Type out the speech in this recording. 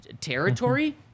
territory